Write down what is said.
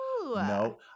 No